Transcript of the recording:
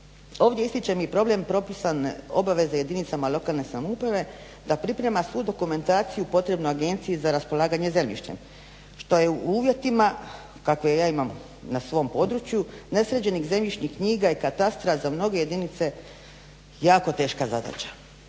Ovdje ističem i problem propisan obveze jedinicama lokalne samouprave da priprema svu dokumentaciju potrebnu agenciji za raspolaganje zemljištem što je u uvjetima kakve ja imam na svom području nesređenih zemljišnih knjiga i katastra za mnoge jedinice jako teška zadaća.